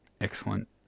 excellent